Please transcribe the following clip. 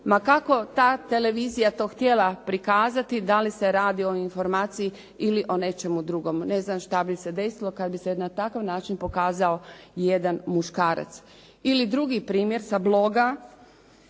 ma kako ta televizija to htjela prikazati, da li se radi o informaciji ili o nečemu drugome. Ne znam što bi se desilo kada bi se na takav način pokazao jedan muškarac. Ili drugi primjer sa bloga,